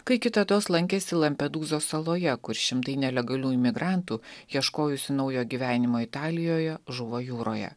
kai kitados lankėsi lampedūzos saloje kur šimtai nelegalių imigrantų ieškojusių naujo gyvenimo italijoje žuvo jūroje